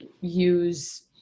use